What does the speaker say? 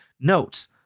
notes